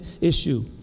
issue